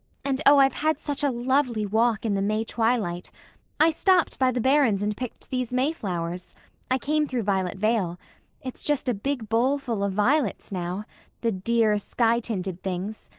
and oh! i've had such a lovely walk in the may twilight i stopped by the barrens and picked these mayflowers i came through violet-vale it's just a big bowlful of violets now the dear, sky-tinted things.